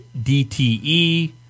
DTE